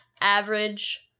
average